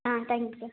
ah thank you sir